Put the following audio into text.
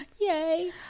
Yay